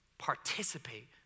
participate